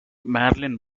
marilyn